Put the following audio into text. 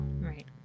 Right